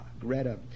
Greta